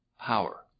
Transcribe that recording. Power